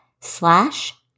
slash